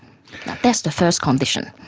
that's the first condition.